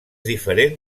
diferent